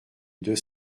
deux